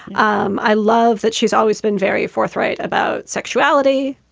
um i love that. she's always been very forthright about sexuality.